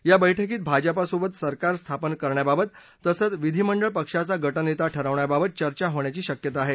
या बळ्कीत भाजपासोबत सरकार स्थापन करण्याबाबत तसंच विधिमंडळ पक्षाचा गटनेता ठरवण्याबाबत चर्चा होण्याची शक्यता आहे